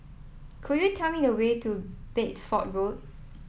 could you tell me the way to Bedford Road